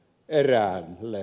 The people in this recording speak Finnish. eikö niin